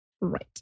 Right